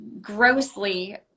grossly